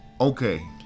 Okay